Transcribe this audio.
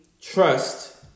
trust